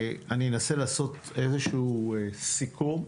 אני אנסה לעשות איזשהו סיכום,